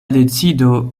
decido